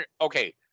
Okay